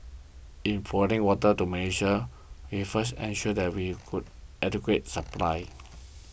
in providing water to Malaysia we first ensure that we could adequate supply